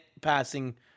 passing